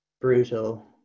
brutal